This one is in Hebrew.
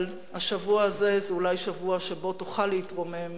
אבל השבוע זה אולי שבוע שבו תוכל להתרומם